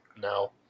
No